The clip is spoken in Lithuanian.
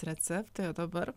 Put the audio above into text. receptai o dabar